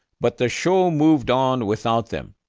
but the show moved on without them,